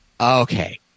Okay